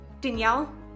Danielle